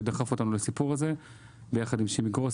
שדחף אותנו לסיפור הזה ביחד עם שימי קרוס,